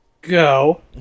Go